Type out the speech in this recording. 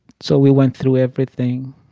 so we went through everything.